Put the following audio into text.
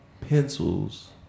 pencils